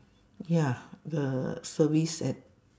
ya the service at